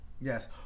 Yes